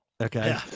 Okay